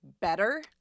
better